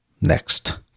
Next